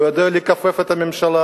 הוא יודע לכופף את הממשלה.